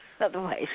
otherwise